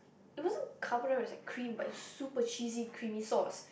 it wasn't Carbonara it was like cream but it's super cheesy creamy sauce